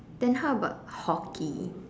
then how about hockey